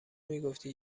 میگفتی